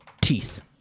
teeth